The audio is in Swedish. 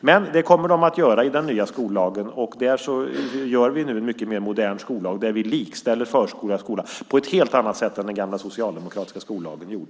Men det kommer de att göra i den nya skollagen, en mycket mer modern skollag där vi likställer förskola och skola på ett helt annat sätt än den gamla socialdemokratiska skollagen gjorde.